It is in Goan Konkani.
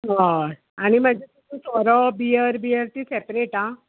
हय आनी म्हाजे सोरो बियर बियर ती सेपरेट आं